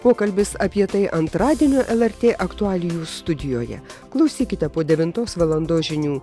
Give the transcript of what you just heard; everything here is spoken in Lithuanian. pokalbis apie tai antradienio lrt aktualijų studijoje klausykite po devintos valandos žinių